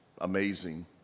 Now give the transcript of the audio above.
amazing